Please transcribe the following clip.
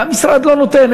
והמשרד לא נותן.